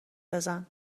بزن